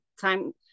time